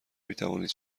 میتوانید